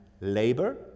labor